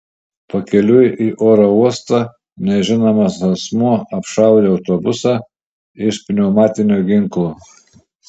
pakeliui į oro uostą nežinomas asmuo apšaudė autobusą iš pneumatinio ginklo